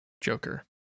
Joker